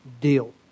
deal